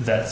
that's